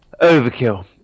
Overkill